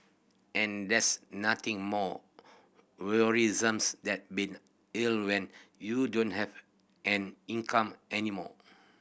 and there's nothing more worrisome than being ill when you don't have an income any more